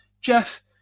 Jeff